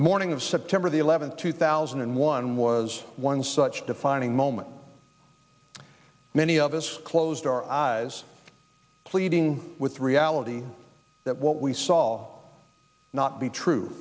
the morning of september the eleventh two thousand and one was one such defining moment many of us closed our eyes pleading with the reality that what we saw not be true